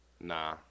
Nah